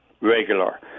regular